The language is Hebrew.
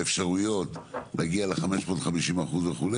האפשרויות להגיע ל-550% וכו',